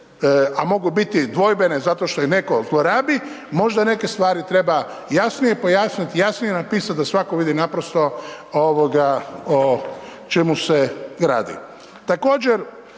a mogu biti dvojbene zato što ih netko zlorabi, možda neke stvari treba jasnije pojasniti, jasnije napisati da svatko vidi naprosto ovoga o čemu se radi.